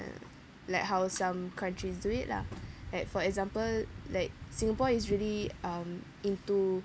like how some countries do it lah like for example like singapore is really um into